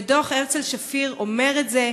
ודוח הרצל שפיר אומר את זה.